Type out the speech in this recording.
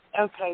Okay